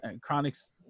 chronics